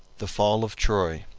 the fall of troy